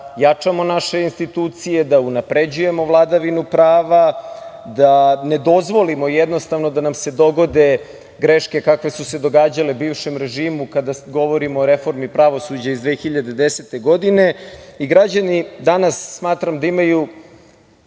jačamo naše institucije, da unapređujemo vladavinu prava, da ne dozvolimo da nam se dogode greške kakve su se događale bivšem režimu, kada govorimo o reformi pravosuđa iz 2010. godine. Građani danas, smatram, imaju